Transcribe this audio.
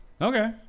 okay